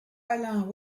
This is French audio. alain